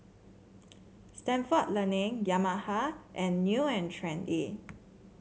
Stalford Learning Yamaha and New And Trendy